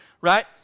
right